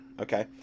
okay